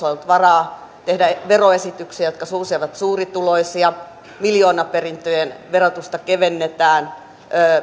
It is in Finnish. ollut varaa tehdä veroesityksiä jotka suosivat suurituloisia miljoonaperintöjen verotusta kevennetään